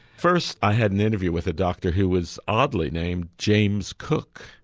first i had an interview with a doctor who was oddly named james cook.